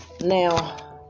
Now